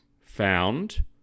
found